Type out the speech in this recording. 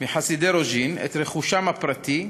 מחסידי רוז'ין את רכושם הפרטי,